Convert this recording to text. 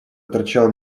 торчал